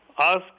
ask